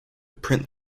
print